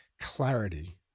clarity